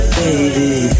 baby